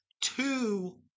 two